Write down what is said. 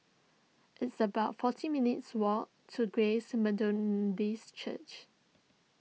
it's about forty minutes' walk to Grace Methodist Church